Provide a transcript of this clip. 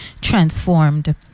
transformed